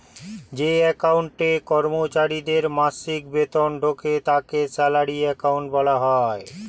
যে অ্যাকাউন্টে কর্মচারীদের মাসিক বেতন ঢোকে তাকে স্যালারি অ্যাকাউন্ট বলা হয়